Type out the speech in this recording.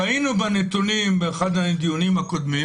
ראינו בנתונים באחד הדיונים הקודמים